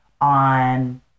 on